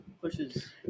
pushes